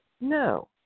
No